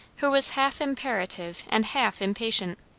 who was half imperative and half impatient.